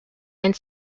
and